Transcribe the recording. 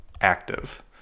active